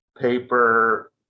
paper